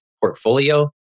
Portfolio